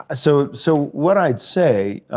ah so so what i'd say